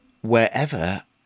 wherever